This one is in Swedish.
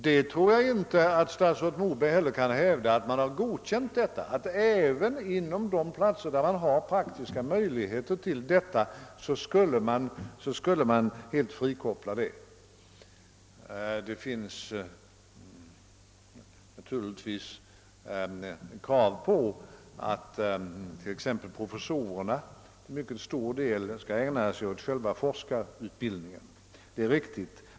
Jag tror inte heller att statsrådet Moberg vill hävda att man har godkänt att forskningen helt skulle frikopplas även på de platser där det finns praktiska möjligheter till sådan. Det finns naturligtvis krav på att t.ex. professorerna till mycket stor del skall ägna sig åt själva forskarutbildningen.